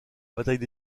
bataille